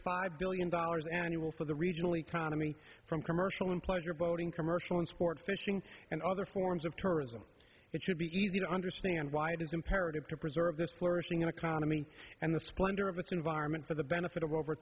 five billion dollars annual for the regional economy from commercial and pleasure boating commercial and sport fishing and other forms of tourism it should be easy to understand why it is imperative to preserve this flourishing economy and the splendor of its environment for the benefit of over